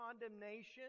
condemnation